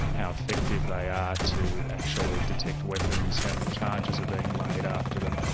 how effective they are to actually detect weapons, how many charges are being laid after them,